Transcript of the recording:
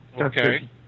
Okay